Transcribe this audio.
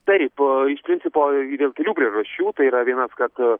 taip iš principo dėl kelių priežasčių tai yra vienas kad